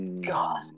God